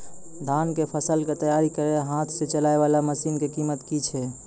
धान कऽ फसल कऽ तैयारी करेला हाथ सऽ चलाय वाला मसीन कऽ कीमत की छै?